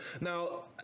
Now